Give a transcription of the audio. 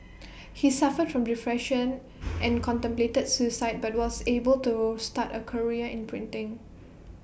he suffered from depression and contemplated suicide but was able to start A career in printing